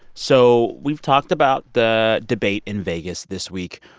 so we've talked about the debate in vegas this week.